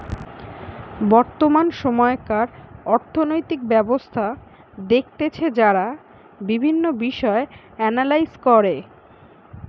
বর্তমান সময়কার অর্থনৈতিক ব্যবস্থা দেখতেছে যারা বিভিন্ন বিষয় এনালাইস করে